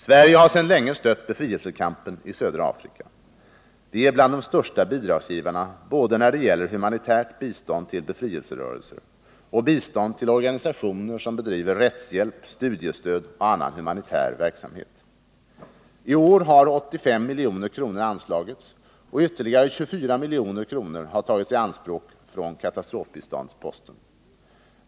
Sverige har sedan länge stött befrielsekampen i södra Afrika. Vi är bland de största bidragsgivarna när det gäller både humanitärt bistånd till befrielserörelser och bistånd till organisationer som bedriver rättshjälp, studiestöd och annan humanitär verksamhet. I år har 85 milj.kr. anslagits, och ytterligare drygt 24 milj.kr. har tagits i anspråk från katastrofbiståndsposten.